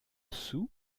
soult